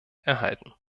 erhalten